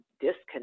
disconnect